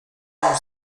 już